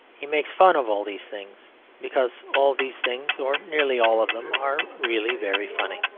he makes fun of all these things because all these things, or nearly all of them, are really very funny.